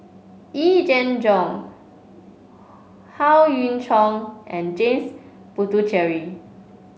Yee Jenn Jong Howe Yoon Chong and James Puthucheary